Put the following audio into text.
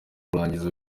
kurangiza